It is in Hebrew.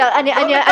הם לא מקבלים קיצור.